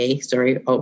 Sorry